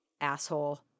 asshole